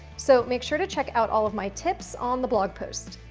so make sure to check out all of my tips on the blog post.